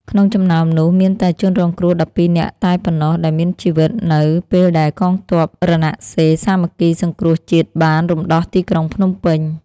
ក្នុងចំណោមនោះមានតែជនរងគ្រោះ១២នាក់តែប៉ុណ្ណោះដែលមានជីវិតនៅពេលដែលកងទ័ពរណសិរ្សសាមគ្គីសង្គ្រោះជាតិបានរំដោះទីក្រុងភ្នំពេញ។